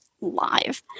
live